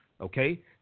okay